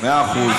מאה אחוז.